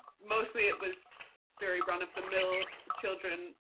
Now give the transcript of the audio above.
mostly it was very run-of-the-mill children,